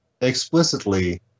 explicitly